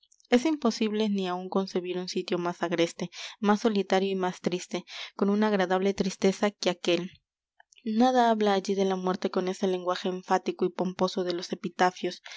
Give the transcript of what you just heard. es imposible ni aun concebir un sitio más agreste más solitario y más triste con una agradable tristeza que aquél nada habla allí de la muerte con ese lenguaje enfático y pomposo de los epitafios